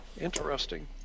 Interesting